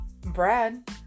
Brad